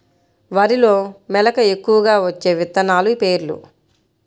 వరిలో మెలక ఎక్కువగా వచ్చే విత్తనాలు పేర్లు?